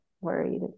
worried